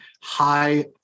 high